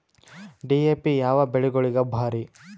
DAP ಯಾವ ಬೆಳಿಗೊಳಿಗ ಭಾರಿ?